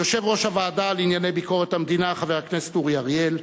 יושב-ראש הוועדה לענייני ביקורת המדינה חבר הכנסת אורי אריאל,